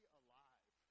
alive